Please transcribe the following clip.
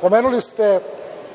pomenuli ste